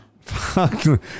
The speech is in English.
Fuck